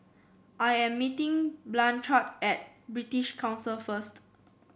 I am meeting Blanchard at British Council first